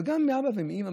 אבל גם מאבא ומאימא,